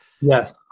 Yes